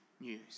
news